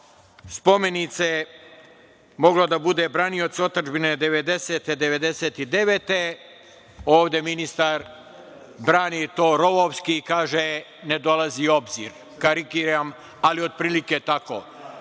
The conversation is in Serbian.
spomenice moglo da bude branioci otadžbine 1990.-1999. ovde ministar brani to rovovski i kaže – ne dolazi u obzir. Karikiram, ali otprilike tako.